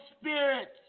spirits